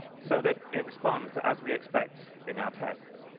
so that it responds as we expect in our tests.